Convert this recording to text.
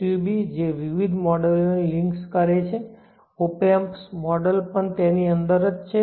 sub જે વિવિધ મોડેલોને લિંક્સ કરે છે ઓપેમ્પ મોડેલ પણ તેની જ અંદર છે